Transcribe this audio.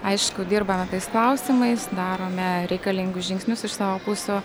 aišku dirbame tais klausimais darome reikalingus žingsnius iš savo pusių